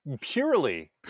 purely